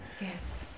Yes